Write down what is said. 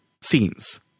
scenes